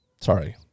Sorry